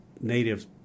Native